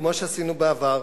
כמו שעשינו בעבר,